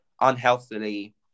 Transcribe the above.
unhealthily